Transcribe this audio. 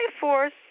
force